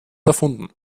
erfunden